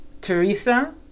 Teresa